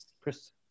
Chris